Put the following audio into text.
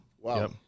Wow